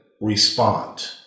respond